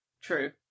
True